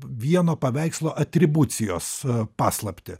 vieno paveikslo atribucijos paslaptį